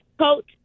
coach